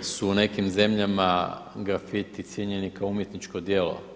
su u nekim zemljama grafiti cijenjeni kao umjetničko djelo.